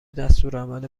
دستورالعمل